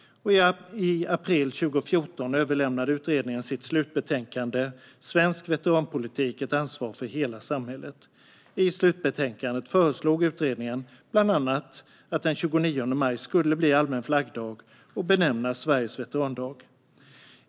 I april 2014 överlämnade utredningen sitt slutbetänkande Svensk veteranpolitik - Ett ansvar för hela samhället . I slutbetänkandet föreslog utredningen bland annat att den 29 maj skulle bli allmän flaggdag och benämnas Sveriges veterandag.